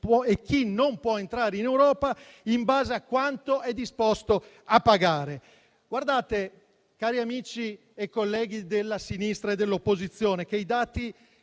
e chi non può entrare in Europa in base a quanto è disposto a pagare. Guardate, cari amici e colleghi della sinistra e dell'opposizione, che i dati